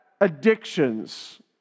addictions